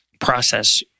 process